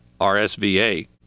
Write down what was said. RSVA